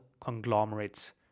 conglomerates